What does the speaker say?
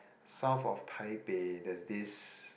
south of Taipei there's this